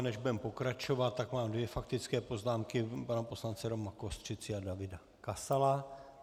Než budeme pokračovat, tak mám dvě faktické poznámky pana poslance Roma Kostřici a Davida Kasala.